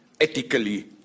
ethically